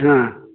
ಹಾಂ